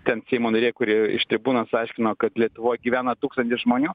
ten seimo nariai kurie iš tribūnos aiškino kad lietuvoj gyvena tūkstantis žmonių